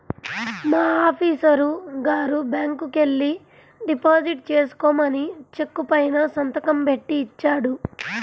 మా ఆఫీసరు గారు బ్యాంకుకెల్లి డిపాజిట్ చేసుకోమని చెక్కు పైన సంతకం బెట్టి ఇచ్చాడు